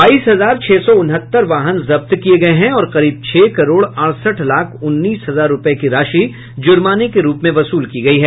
बाईस हजार छह सौ उनहत्तर वाहन जब्त किए गए हैं और करीब छह करोड़ अड़सठ लाख उन्नीस हजार रुपए की राशि जुर्माने के रूप में वसूल की गयी है